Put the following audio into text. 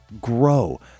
grow